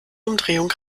umdrehung